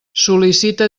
sol·licita